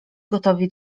gotowi